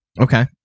Okay